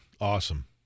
Awesome